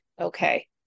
okay